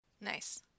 Nice